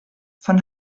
von